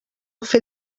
fer